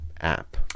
app